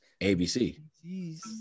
ABC